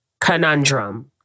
conundrum